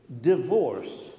divorce